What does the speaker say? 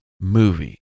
movie